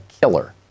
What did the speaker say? killer